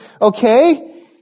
okay